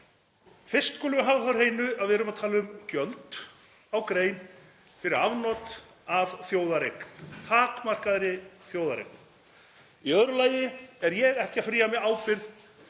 Fyrst skulum við hafa það á hreinu að við erum að tala um gjöld á grein fyrir afnot af þjóðareign, takmarkaðri þjóðareign. Í öðru lagi er ég ekki að fría mig ábyrgð.